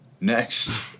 Next